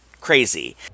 crazy